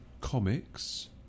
comics